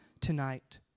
tonight